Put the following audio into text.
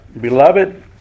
Beloved